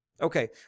Okay